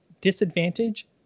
disadvantage